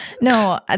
no